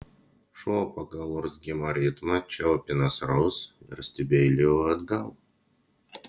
šuo pagal urzgimo ritmą čiaupė nasrus ir stebeilijo atgal